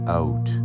out